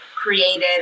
created